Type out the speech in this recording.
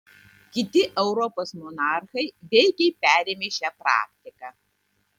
kiti europos monarchai veikiai perėmė šią praktiką